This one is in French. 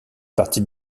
partie